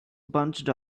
bunched